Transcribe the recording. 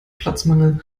platzmangel